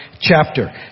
chapter